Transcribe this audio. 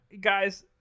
guys